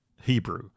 Hebrew